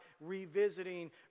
revisiting